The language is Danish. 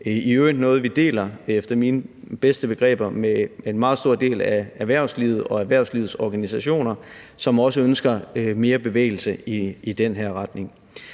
i øvrigt noget, vi efter mine bedste begreber deler med en meget stor del af erhvervslivet og erhvervslivets organisationer, som også ønsker mere bevægelse i den her retning.